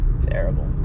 terrible